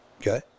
Okay